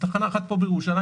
תחנה אחת פה בירושלים,